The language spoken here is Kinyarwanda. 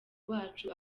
wacu